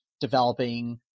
developing